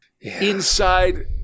Inside